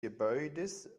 gebäudes